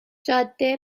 جاده